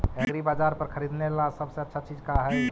एग्रीबाजार पर खरीदने ला सबसे अच्छा चीज का हई?